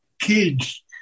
kids